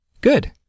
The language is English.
Good